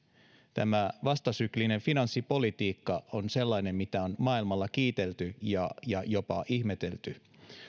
tämä vastasyklinen finanssipolitiikka on sellainen mitä on maailmalla kiitelty ja ja jopa ihmetelty